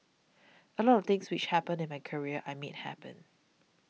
a lot of things which happened in my career I made happen